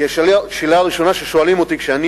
כי השאלה הראשונה ששואלים אותי כשאני